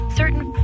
certain